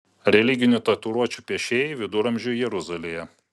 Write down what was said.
religinių tatuiruočių piešėjai viduramžių jeruzalėje